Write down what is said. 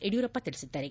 ಯಡಿಯೂರಪ್ಪ ತಿಳಿಸಿದ್ದಾರೆ